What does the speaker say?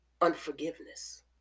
unforgiveness